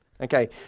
Okay